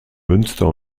münster